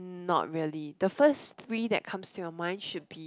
not really the first three that come your mind should be